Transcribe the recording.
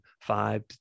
five